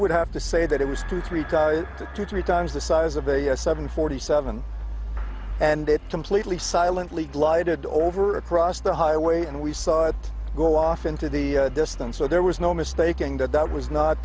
would have to say that it was two three two three times the size of a seven forty seven and it completely silently glided over across the highway and we saw it go off into the distance so there was no mistaking that that was not